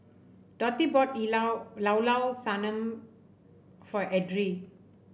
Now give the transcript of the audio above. Dotty bought Llao Llao Sanum for Edrie